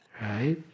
right